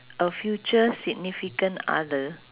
a future significant other